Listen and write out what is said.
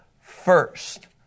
first